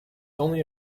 only